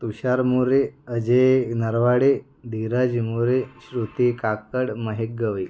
Tushar More Ajay Narwade Dheeraj More Shruti Kakad Mahek Gawali